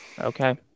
Okay